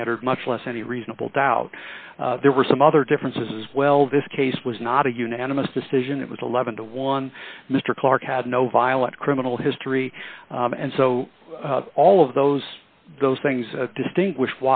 stand much less any reasonable doubt there were some other differences as well this case was not a unanimous decision it was eleven to one mr clarke had no violent criminal history and so all of those those things distinguish